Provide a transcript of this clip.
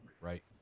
right